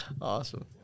Awesome